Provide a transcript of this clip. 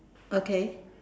okay